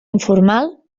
informal